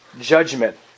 judgment